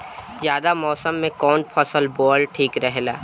जायद मौसम में कउन फसल बोअल ठीक रहेला?